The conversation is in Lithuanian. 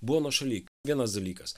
buvo nuošaly vienas dalykas